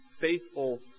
faithful